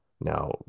now